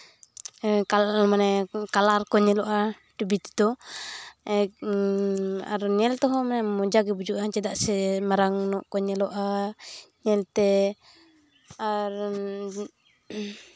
ᱦᱮᱸ ᱠᱟᱞᱟᱨ ᱠᱚ ᱧᱮᱞᱚᱜᱼᱟ ᱴᱤᱵᱷᱤ ᱛᱮᱫᱚ ᱟᱨ ᱧᱮᱞ ᱛᱮᱦᱚᱸ ᱢᱟᱱᱮ ᱢᱚᱡᱟᱜᱮ ᱵᱩᱡᱷᱟᱹᱜᱼᱟ ᱪᱮᱫᱟᱜ ᱥᱮ ᱢᱟᱨᱟᱝ ᱧᱚᱜ ᱠᱚ ᱧᱮᱞᱚᱜᱼᱟ ᱧᱮᱞᱛᱮ ᱟᱨ